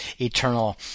eternal